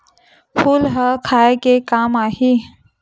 फूल ह खाये के काम आही?